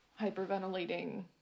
hyperventilating